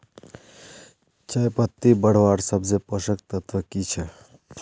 चयपत्ति बढ़वार सबसे पोषक तत्व की छे?